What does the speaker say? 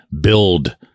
build